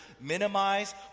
minimize